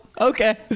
Okay